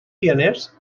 pioners